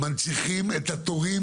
הגשת הבקשה,